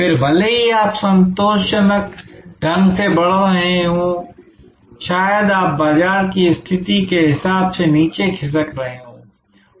फिर भले ही आप संतोषजनक ढंग से बढ़ रहे हों शायद आप बाजार की स्थिति के हिसाब से नीचे खिसक रहे हों